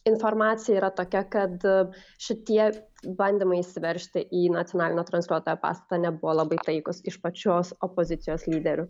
informacija yra tokia kad šitie bandymai įsiveržti į nacionalinio transliuotojo pastatą nebuvo labai taikūs iš pačios opozicijos lyderių